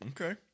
Okay